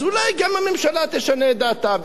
אז אולי גם הממשלה תשנה את דעתה.